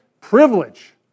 privilege